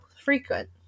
frequent